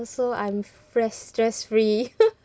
so I'm fresh stress free